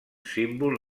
símbol